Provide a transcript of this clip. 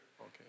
Okay